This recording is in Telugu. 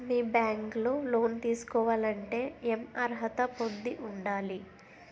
మీ బ్యాంక్ లో లోన్ తీసుకోవాలంటే ఎం అర్హత పొంది ఉండాలి?